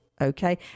okay